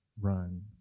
run